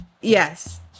Yes